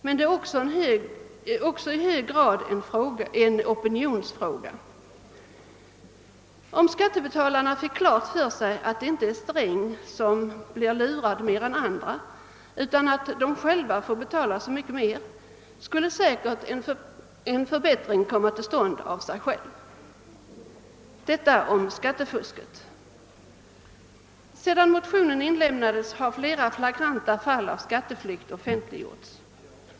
Men detta är också i hög grad en opinionsfråga. Om skattebetalarna fick klart för sig att Sträng inte blir lurad mer än andra utan att de själva får betala så mycket mer, skulle säkert en förbättring komma till stånd av sig själv. Detta om skattefusket. Sedan motionen avlämnades har flera flagranta fall av skatteflykt offentliggjorts.